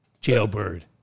Jailbird